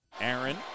Aaron